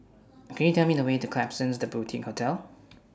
Can YOU Tell Me The Way to Klapsons The Boutique Hotel